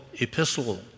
epistle